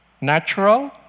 natural